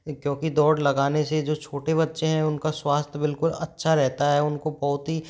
क्योंकि दौड़ लगाने से जो छोटे बच्चे हैं उनका स्वास्थ्य बिल्कुल अच्छा रहता है उनको बहुत ही